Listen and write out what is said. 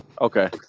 Okay